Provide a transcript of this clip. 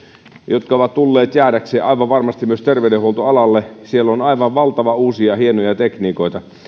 ovat tulleet jäädäkseen aivan varmasti myös terveydenhuoltoalalle siellä on aivan valtavan hienoja uusia tekniikoita ja